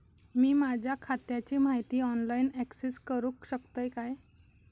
मी माझ्या खात्याची माहिती ऑनलाईन अक्सेस करूक शकतय काय?